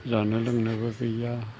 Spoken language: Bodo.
जानो लोंनोबो गैया